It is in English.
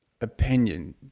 opinion